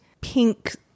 pink